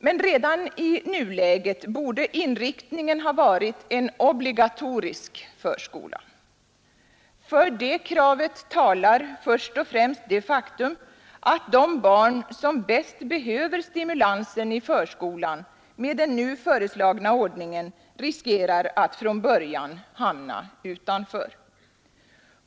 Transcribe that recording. Men redan i nuläget borde inriktningen ha varit en obligatorisk förskola. För detta krav talar först och främst det faktum att de barn, som bäst behöver stimulansen i förskolan, med den nu föreslagna ordningen riskerar att från början hamna utanför.